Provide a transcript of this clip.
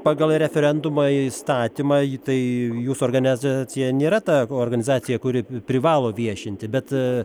pagal referendumo įstatymą tai jūsų organizacija nėra ta organizacija kuri privalo viešinti bet